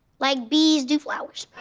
like bees do flowers.